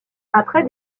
après